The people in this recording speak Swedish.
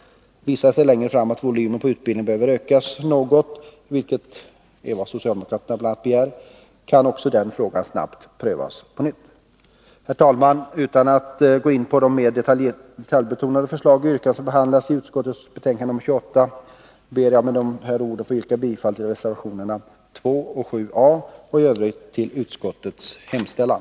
Visar det sig längre fram att volymen på utbildningen behöver ökas något, vilket bl.a. är vad socialdemokraterna begär, kan också den frågan snabbt prövas på nytt. Herr talman! Utan att gå in på de mer detaljbetonade förslag och yrkanden som behandlats i utskottets betänkande nr 28 ber jag att med dessa ord få yrka bifall till reservationerna 2 och 7 i arbetsmarknadsutskottets betänkande och i övrigt till utskottets hemställan.